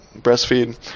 breastfeed